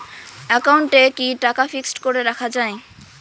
একাউন্টে কি টাকা ফিক্সড করে রাখা যায়?